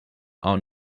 are